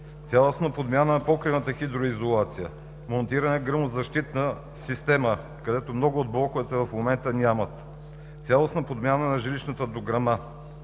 цялостна подмяна на покривната хидроизолация, монтиране на гръмозащитна система, каквато много от блоковете в момента нямат, цялостна подмяна на жилищната дограма,